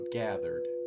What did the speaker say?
gathered